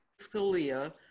Scalia